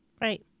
Right